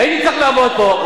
הייתי צריך לעמוד פה,